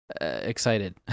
excited